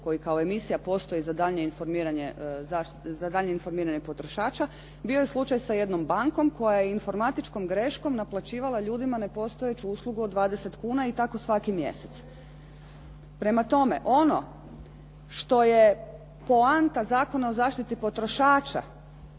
koji kao emisija postoji za daljnje informiranje potrošača bio je slučaj sa jednom bankom koja je informatičkom greškom naplaćivala ljudima nepostojeću uslugu od 20 kn i tako svaki mjesec. Prema tome, ono što je poanta Zakona o zaštiti potrošača